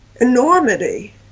enormity